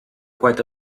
quite